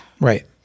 Right